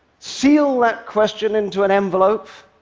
seal that question into an envelope,